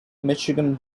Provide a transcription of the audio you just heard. michigan